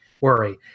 worry